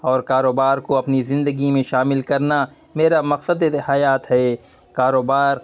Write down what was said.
اور کاروبار کو اپنی زندگی میں شامل کرنا میرا مقصد حیات ہے کاروبار